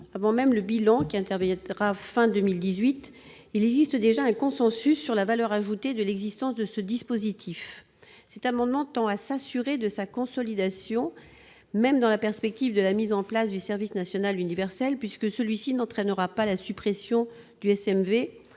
Avant même le bilan qui interviendra à la fin de 2018, il existe déjà un consensus sur la valeur ajoutée de l'existence de ce dispositif. Cet amendement tend à s'assurer de sa consolidation, même dans la perspective de la mise en place du service national universel, le SNU, puisque celui-ci n'entraînera pas la suppression du SMV.